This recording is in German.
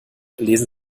lesen